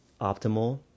optimal